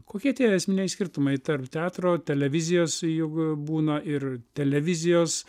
kokie tie esminiai skirtumai tarp teatro televizijos juk būna ir televizijos